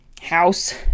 house